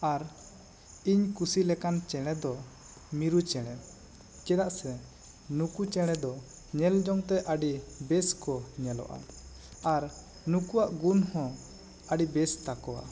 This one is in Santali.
ᱟᱨ ᱤᱧ ᱠᱩᱥᱤ ᱞᱮᱠᱟᱱ ᱪᱮᱬᱮ ᱫᱚ ᱢᱤᱨᱩ ᱪᱮᱬᱮ ᱪᱮᱫᱟᱜ ᱥᱮ ᱱᱩᱠᱩ ᱪᱮᱬᱮ ᱫᱚ ᱧᱮᱞ ᱡᱚᱝ ᱛᱮ ᱟᱹᱰᱤ ᱵᱮᱥ ᱠᱚ ᱧᱮᱞᱚᱜᱼᱟ ᱟᱨ ᱱᱩᱠᱩᱣᱟᱜ ᱜᱩᱱ ᱦᱚᱸ ᱟᱹᱰᱤ ᱵᱮᱥ ᱛᱟᱠᱚᱣᱟ